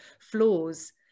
flaws